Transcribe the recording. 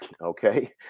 okay